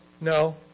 no